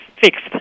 fixed